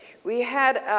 we had